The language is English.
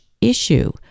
issue